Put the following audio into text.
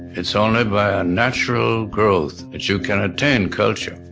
it's only by a natural growth, that you can attain culture.